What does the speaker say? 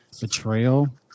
betrayal